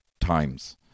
times